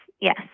yes